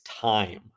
time